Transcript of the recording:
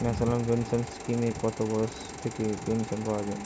National pension স্কিমে কত বয়স থেকে পেনশন পাওয়া যায়?